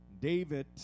David